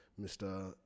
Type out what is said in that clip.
Mr